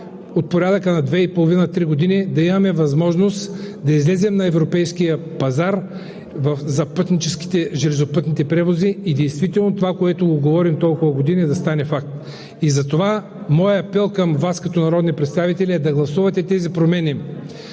от порядъка на 2,5 – 3 години да имаме възможност да излезем на европейския пазар за пътническите железопътни превози и действително това, което говорим от толкова години, да стане факт. Затова моят апел към Вас като народни представители е да гласувате представените